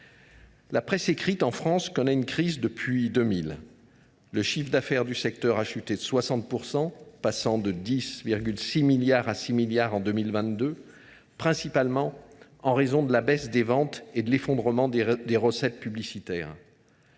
La presse écrite en France connaît une crise depuis 2000. Le chiffre d’affaires du secteur a chuté de 60 %, passant de 10,6 milliards d’euros à 6 milliards d’euros en 2022, principalement en raison de la baisse des ventes et de l’effondrement des recettes publicitaires.